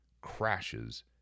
crashes